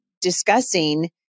discussing